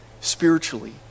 spiritually